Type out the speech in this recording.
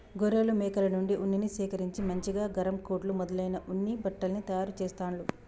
గొర్రెలు మేకల నుండి ఉన్నిని సేకరించి మంచిగా గరం కోట్లు మొదలైన ఉన్ని బట్టల్ని తయారు చెస్తాండ్లు